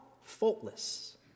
faultless